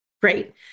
Great